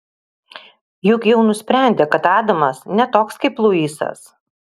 juk jau nusprendė kad adamas ne toks kaip luisas